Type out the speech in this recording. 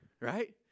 right